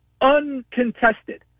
uncontested